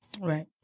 Right